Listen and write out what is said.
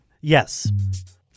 Yes